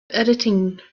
editing